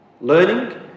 Learning